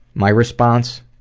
my response?